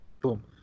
boom